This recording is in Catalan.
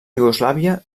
iugoslàvia